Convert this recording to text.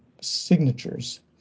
signatures